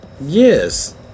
Yes